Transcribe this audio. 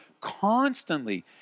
constantly